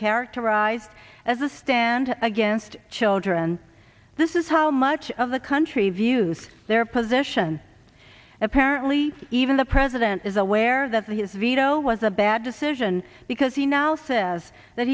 characterized as a stand against children and this is how much of the country views their position apparently even the president is aware that his veto was a bad decision because he now says that